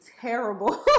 terrible